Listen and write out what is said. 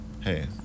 hey